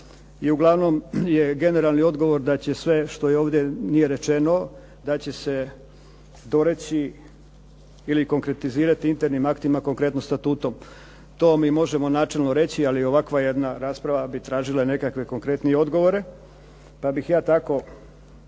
i uglavnom je generalni odgovor da će sve što nije ovdje rečeno da će se to reći ili konkretizirati internim aktima, konkretno statutom. To mi možemo načelno reći ali ovakva jedna rasprava bi tražila nekakve konkretnije odgovore, pa bih ja tako